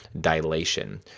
dilation